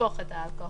לשפוך את האלכוהול.